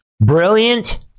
Brilliant